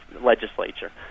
legislature